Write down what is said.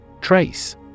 Trace